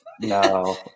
No